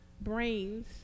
brains